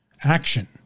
action